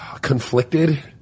Conflicted